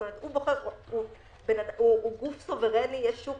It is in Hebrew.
זאת אומרת, הוא גוף סוברני, יש שוק